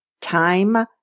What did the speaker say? Time